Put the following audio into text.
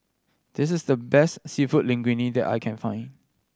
this is the best Seafood Linguine that I can find